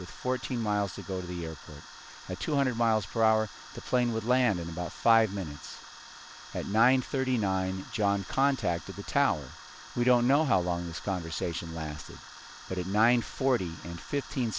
with fourteen miles to go to the airport at two hundred miles per hour the plane would land in about five minutes at nine thirty nine john contact of the tower we don't know how long this conversation lasted but at nine forty in fifteen